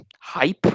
hype